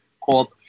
called